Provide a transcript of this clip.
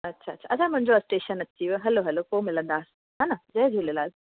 अछा अछा अछा मुंहिंजो स्टेशन अची वियो हलो हलो पोइ मिलंदासि हा न जय झूलेलाल